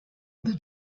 the